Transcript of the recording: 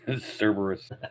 Cerberus